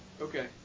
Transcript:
okay